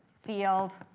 field